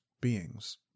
beings